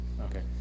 Okay